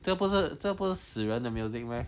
这不是这不死人的 music meh